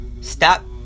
stop